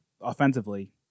offensively